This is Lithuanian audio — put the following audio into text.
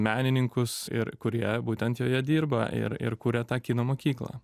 menininkus ir kurie būtent joje dirba ir ir kuria tą kino mokyklą